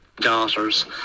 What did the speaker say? daughters